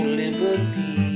liberty